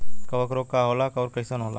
कवक रोग का होला अउर कईसन होला?